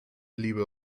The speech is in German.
liebe